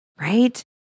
right